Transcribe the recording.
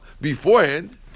beforehand